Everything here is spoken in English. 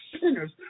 sinners